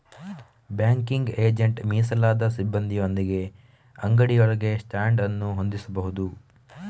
banking agent ಮೀಸಲಾದ ಸಿಬ್ಬಂದಿಯೊಂದಿಗೆ ಅಂಗಡಿಯೊಳಗೆ ಸ್ಟ್ಯಾಂಡ್ ಅನ್ನು ಹೊಂದಿಸಬಹುದು